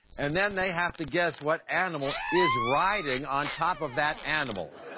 and then they have to guess what animal is riding on top of that animal.